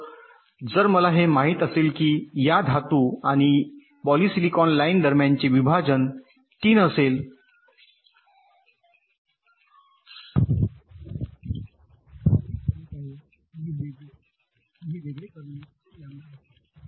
तर जर मला हे माहित असेल की या धातू आणि पॉलीसिलिकॉन लाइन दरम्यानचे विभाजन 3 लॅम्बडाअसेल नंतर मला आधीच माहित आहे की हे वेगळे करणे 3 लांबडा असेल